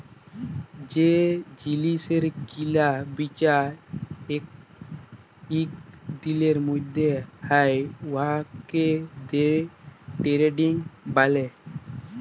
যে জিলিসের কিলা বিচা ইক দিলের ম্যধে হ্যয় উয়াকে দে টেরেডিং ব্যলে